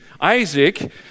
Isaac